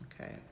Okay